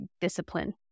Discipline